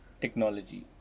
technology